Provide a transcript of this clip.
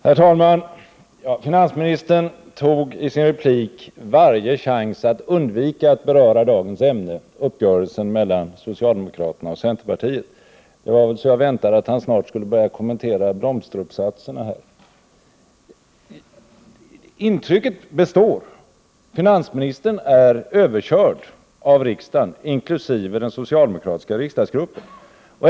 Herr talman! Finansministern tog i sin replik varje chans att undvika att beröra dagens ämne, uppgörelsen mellan socialdemokraterna och centerpartiet. Det var så att jag väntade att han snart skulle börja kommentera blomsteruppsatserna här i kammaren. Intrycket består, finansministern är överkörd av riksdagen, inkl. den socialdemokratiska riksdagsgruppen.